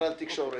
משרד התקשורת,